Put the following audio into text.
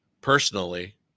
personally